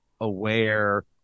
aware